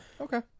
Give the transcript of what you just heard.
Okay